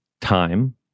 time